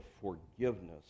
forgiveness